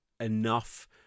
enough